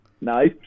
Nice